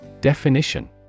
Definition